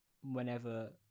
whenever